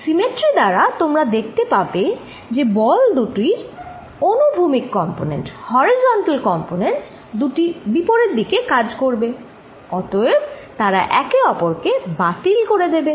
symmetry দ্বারা তোমরা দেখতে পাবে যে বল দুটির অনুভূমিক কম্পনেন্ট দুটি বিপরীত দিকে কাজ করবে অতএব তারা একে অপরকে বাতিল করে দেবে